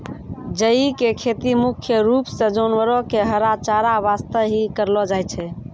जई के खेती मुख्य रूप सॅ जानवरो के हरा चारा वास्तॅ हीं करलो जाय छै